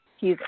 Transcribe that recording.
hes